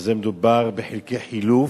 שמדובר בחלקי חילוף,